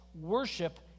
worship